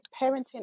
parenting